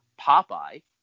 Popeye